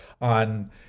on